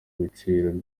ibiciro